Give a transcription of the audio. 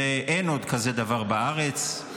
אין עוד דבר כזה בארץ,